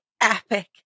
epic